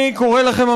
אני קורא לכם,